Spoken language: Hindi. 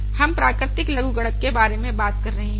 हम प्राकृतिक लघुगणक के बारे में बात कर रहे हैं